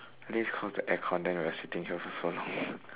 please off the aircon then we are sitting here for so long